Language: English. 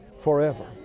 forever